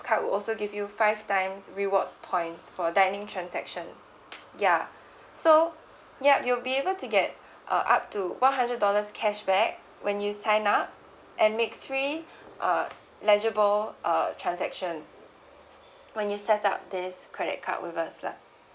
card will also give you five times rewards points for dining transaction ya so yup you'll be able to get uh up to one hundred dollars cashback when you sign up and make three uh legible uh transactions when you set up this credit card with us lah